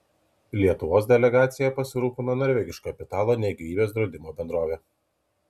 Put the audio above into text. lietuvos delegacija pasirūpino norvegiško kapitalo ne gyvybės draudimo bendrovė